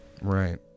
Right